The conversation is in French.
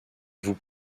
vous